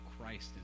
Christ